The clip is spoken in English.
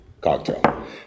cocktail